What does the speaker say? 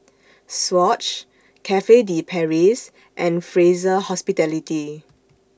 Swatch Cafe De Paris and Fraser Hospitality